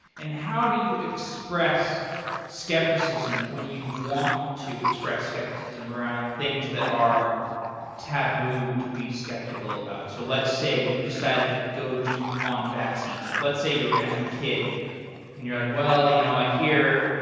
and how do you express skepticism when you want to express skepticism around things that are taboo to be skeptical about? so let's say you decided to go deep on vaccines. like let's say you're going to have a kid and you're like, well, you know i hear,